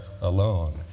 alone